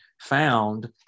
found